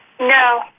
No